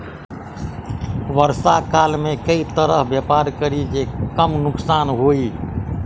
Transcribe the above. वर्षा काल मे केँ तरहक व्यापार करि जे कम नुकसान होइ?